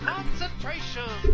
Concentration